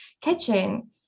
kitchen